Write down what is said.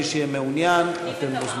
מי שמעוניין, אתם מוזמנים.